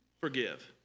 forgive